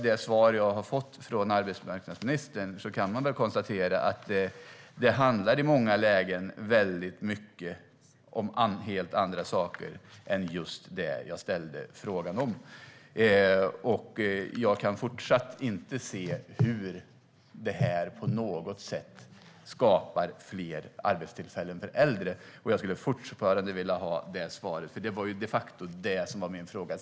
Det svar jag har fått från arbetsmarknadsministern kan man konstatera handlar mycket om helt andra saker än just det jag frågade om. Jag kan fortsatt inte se hur det här på något sätt skapar fler arbetstillfällen för äldre, och jag vill fortfarande ha svar på det, för det var de facto det som var min fråga.